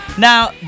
Now